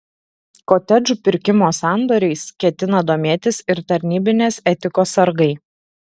kotedžų pirkimo sandoriais ketina domėtis ir tarnybinės etikos sargai